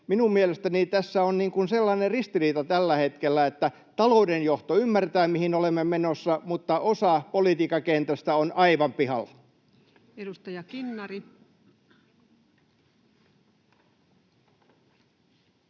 Minun mielestäni tässä on sellainen ristiriita tällä hetkellä, että talouden johto ymmärtää, mihin olemme menossa, mutta osa politiikan kentästä on aivan pihalla. Edustaja Kinnari.